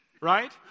right